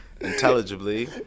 intelligibly